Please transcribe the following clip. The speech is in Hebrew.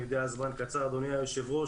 אני יודע שהזמן קצר, אדוני היושב ראש.